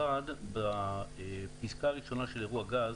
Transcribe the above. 1. בפיסקה הראשונה של אירוע גז,